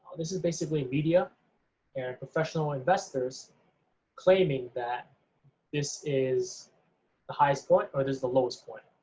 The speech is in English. this is basically media and professional investors claiming that this is the highest point or there's the lowest point,